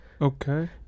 Okay